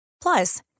Plus